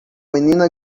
menina